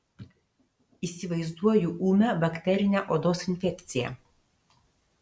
įsivaizduoju ūmią bakterinę odos infekciją